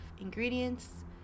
ingredients